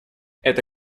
это